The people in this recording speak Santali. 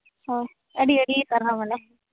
ᱦᱚᱸ ᱟᱹᱰᱤ ᱟᱹᱰᱤ ᱥᱟᱨᱦᱟᱣ ᱵᱚᱞᱮ